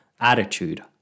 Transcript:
Attitude